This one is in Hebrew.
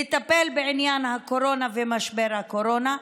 לטפל בעניין הקורונה ומשבר הקורונה.